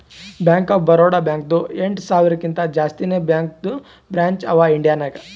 bank of Baroda ಬ್ಯಾಂಕ್ದು ಎಂಟ ಸಾವಿರಕಿಂತಾ ಜಾಸ್ತಿನೇ ಬ್ಯಾಂಕದು ಬ್ರ್ಯಾಂಚ್ ಅವಾ ಇಂಡಿಯಾ ನಾಗ್